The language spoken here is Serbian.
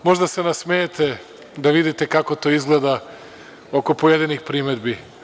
Možda se nasmejete da vidite kako to izgleda oko pojedinih primedbi.